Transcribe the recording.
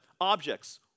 objects